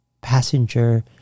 passenger